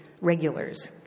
regulars